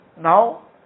Now